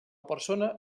persona